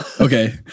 Okay